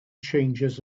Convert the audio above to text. changes